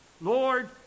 Lord